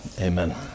amen